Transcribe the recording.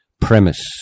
Premise